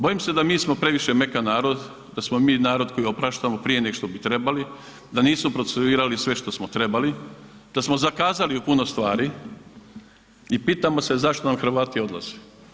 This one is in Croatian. Bojim se da mi smo previše mekan narod, da smo mi narod koji opraštamo prije nego što bi trebali, da nismo procesuirali sve što smo trebali, da smo zakazali u puno stvari i pitamo se zašto nam Hrvati odlaze.